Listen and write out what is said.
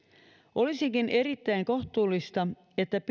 olisikin erittäin kohtuullista että pienituloisilta